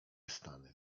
stany